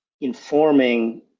informing